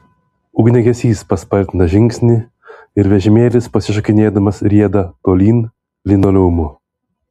ugniagesys paspartina žingsnį ir vežimėlis pasišokinėdamas rieda tolyn linoleumu